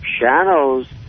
shadows